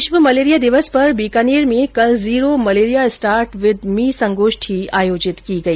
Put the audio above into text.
विश्व मलेरिया दिवस पर बीकानेर में कल zero malaria start with me संगोष्ठी आयोजित की गई